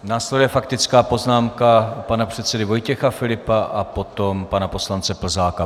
Následuje faktická poznámka pana předsedy Vojtěcha Filipa a potom pana poslance Plzáka.